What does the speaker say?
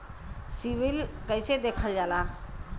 CIBIL कैसे देखल जाला?